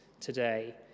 today